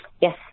Yes